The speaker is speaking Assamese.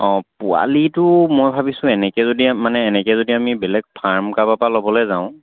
অঁ পোৱালিটো মই ভাবিছোঁ এনেকৈ যদি মানে এনেকৈ যদি আমি বেলেগ ফাৰ্ম কাৰোবাৰপৰা ল'বলৈ যাওঁ